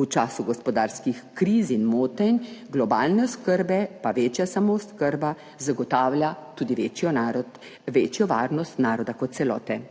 V času gospodarskih kriz in motenj globalne oskrbe pa večja samooskrba zagotavlja tudi večjo varnost naroda kot celote.